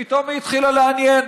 פתאום היא התחילה לעניין.